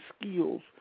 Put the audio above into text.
skills